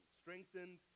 strengthened